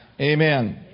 Amen